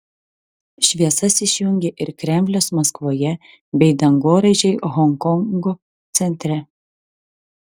šviesas išjungė ir kremlius maskvoje bei dangoraižiai honkongo centre